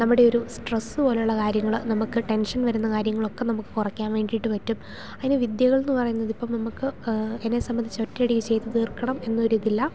നമ്മുടെ ഒരു സ്ട്രെസ്സ് പോലെയുള്ള കാര്യങ്ങൾ നമുക്ക് ടെൻഷൻ വരുന്ന കാര്യങ്ങളൊക്കെ നമുക്ക് കുറയ്ക്കാൻ വേണ്ടിയിട്ട് പറ്റും അതിന് വിദ്യകളെന്ന് പറയുന്നത് ഇപ്പം നമുക്ക് എന്നെ സംബന്ധിച്ചു ഒറ്റ അടിക്ക് ചെയ്തു തീർക്കണം എന്ന ഒരു ഇതില്ല